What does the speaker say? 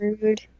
rude